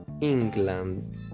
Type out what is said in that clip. England